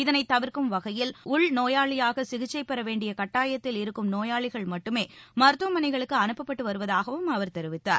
இதளை தவிர்க்கும் வகையில் உள் நோயாளியாக சிகிச்சை பெற வேண்டிய கட்டாயத்தில் இருக்கும் நோயாளிகள் மட்டுமே மருத்துவமனைகளுக்கு அனுப்பட்பட்டு வருவதாகவும் அவர் தெரிவித்தார்